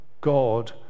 God